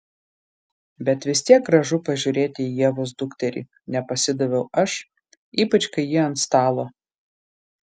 bet vis tiek gražu pažiūrėti į ievos dukterį nepasidaviau aš ypač kai ji ant stalo